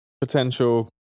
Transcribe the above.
Potential